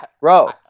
Bro